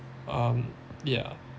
um yeah